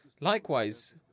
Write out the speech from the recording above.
likewise